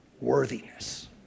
worthiness